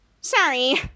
Sorry